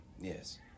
yes